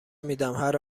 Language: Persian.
میدمهر